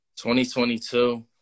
2022